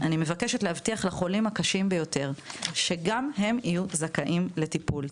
אני מבקשת להבטיח לחולים הקשים ביותר שגם הם יהיו זכאים לטיפול,